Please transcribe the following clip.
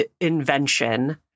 invention